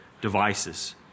devices